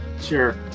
Sure